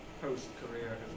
post-career